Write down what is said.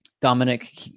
Dominic